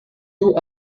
two